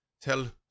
Tell